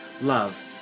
love